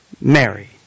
Mary